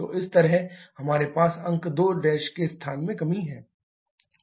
तो इस तरह हमारे पास अंक 2' के स्थान में कमी है